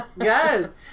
Yes